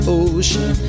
ocean